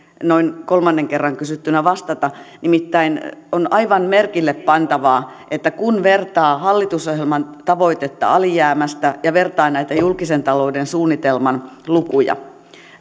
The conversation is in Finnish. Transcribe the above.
noin kolmannen kerran kysyttynä vastata nimittäin on aivan merkille pantavaa että kun vertaa hallitusohjelman tavoitetta alijäämästä ja vertaa näitä julkisen talouden suunnitelman lukuja